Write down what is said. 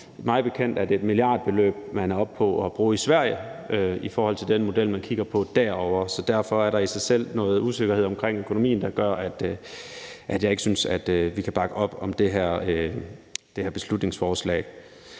Mig bekendt er det et milliardbeløb, man er oppe på at bruge i Sverige, i forhold til den model, man kigger på derovre. Så derfor er der i sig selv noget usikkerhed omkring økonomien, der gør, at vi ikke synes, at vi kan bakke op om det her beslutningsforslag.